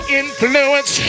influence